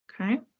Okay